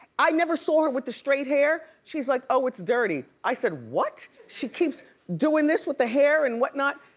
i never saw her with the straight hair. she's like oh, it's dirty. i said, what? she keeps doin' this with the hair and what not.